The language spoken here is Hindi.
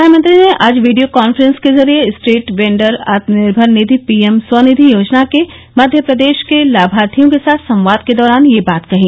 प्रधानमंत्री ने आज वीडियो काफ्रेंस के जरिए street vendors Atmanirbhar Nidhi PM Svanidhi योजना के मध्य प्रदेश के लाभार्थियों के साथ संवाद के दौरान यह बात कही